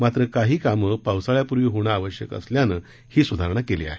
मात्र काही कामं पावसाळ्यापूर्वी होणं आवश्यक असल्यानं ही सुधारणा केली आहे